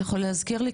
אתה יכול להזכיר לי,